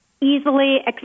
easily